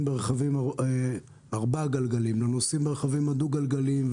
ברכבים ארבעה גלגלים לנוסעים ברכבים הדו-גלגליים,